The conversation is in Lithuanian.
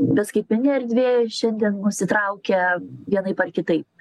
bet skaitmeninė erdvė šiandien mus įtraukia vienaip ar kitaip